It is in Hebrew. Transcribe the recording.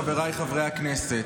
חבריי חברי הכנסת,